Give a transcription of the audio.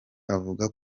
avuga